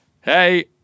Hey